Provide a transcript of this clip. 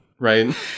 right